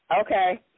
Okay